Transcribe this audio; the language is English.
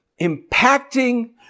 impacting